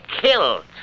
killed